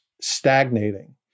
stagnating